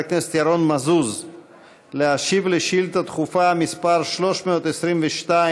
הכנסת ירון מזוז להשיב על שאילתה דחופה מס' 322,